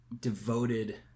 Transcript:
devoted